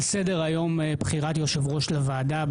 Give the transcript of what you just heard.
על סדר היום: " בחירת יושב ראש לוועדה המסדרת,